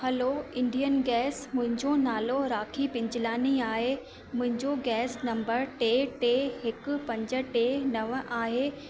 हलो Indian gas मुंहिंजो नालो राखी बिजलाणी आहे मुंहिंजो गैस नम्बर टे टे हिकु पंज टे नव आहे